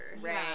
Right